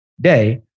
day